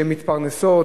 שמתפרנסות,